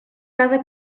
cada